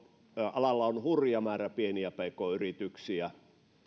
alalla on hurja määrä pieniä pk yrityksiä